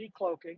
decloaking